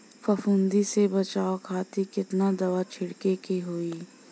फाफूंदी से बचाव खातिर केतना दावा छीड़के के होई?